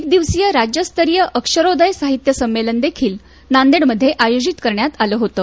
एक दिवसीय राज्यस्तरीय अक्षरोदय साहित्य संमेलनदेखील नांदेडमध्ये आयोजित करण्यात आलं होतं